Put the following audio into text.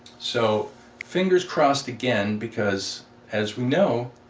so fingers crossed again because as we know